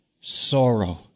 sorrow